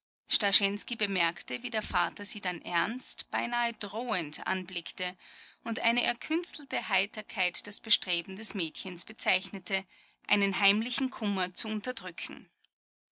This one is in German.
bemerkte wie der vater sie dann ernst beinahe drohend anblickte und eine erkünstelte heiterkeit das bestreben des mädchens bezeichnete einen heimlichen kummer zu unterdrücken